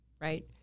right